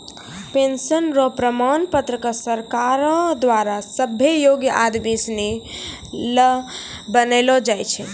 pension र प्रमाण पत्र क सरकारो द्वारा सभ्भे योग्य आदमी सिनी ल बनैलो जाय छै